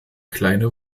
kleine